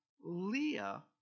Leah